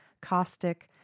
caustic